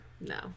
no